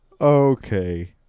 okay